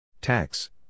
Tax